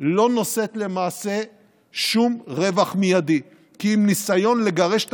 לא נושאת למעשה שום רווח מיידי אלא הוא ניסיון לגרש את